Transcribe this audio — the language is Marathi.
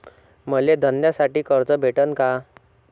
मले धंद्यासाठी कर्ज भेटन का?